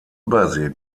übersee